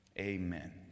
Amen